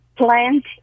plant